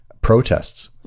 protests